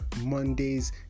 monday's